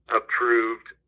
approved